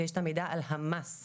ויש את המידע על המס ששולם.